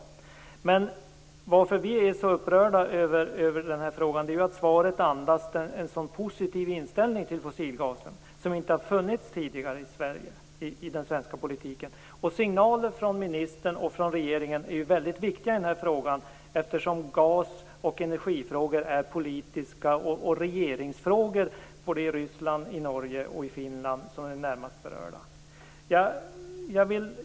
Anledningen till att vi är så upprörda över den här frågan är ju att svaret andas en så positiv inställning till fossilgasen som inte har funnits tidigare i den svenska politiken. Signalerna från ministern och regeringen är ju väldigt viktiga i den här frågan, eftersom gas och energifrågor är politiska frågor och regeringsfrågor i såväl Ryssland som Norge och Finland, som är närmast berörda.